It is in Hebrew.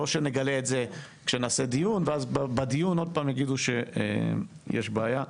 לא שנגלה את זה כשנעשה דיון ואז בדיון עוד פעם יגידו שיש בעיה.